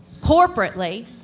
corporately